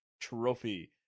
trophy